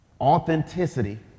authenticity